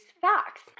facts